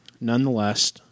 nonetheless